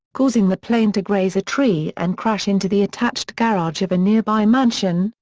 causing the plane to graze a tree and crash into the attached garage of a nearby mansion,